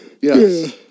Yes